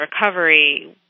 recovery